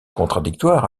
contradictoire